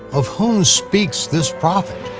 of whom speaks this prophet?